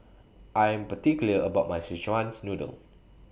I Am particular about My Szechuan's Noodle